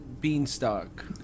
Beanstalk